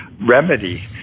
remedy